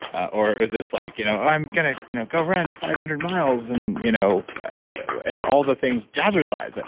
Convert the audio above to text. or is this like, you know i'm going to you know go run five hundred miles, and you know all all the things jazzercise? like